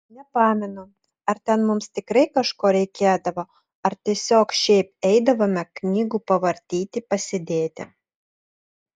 nepamenu ar ten mums tikrai kažko reikėdavo ar tiesiog šiaip eidavome knygų pavartyti pasėdėti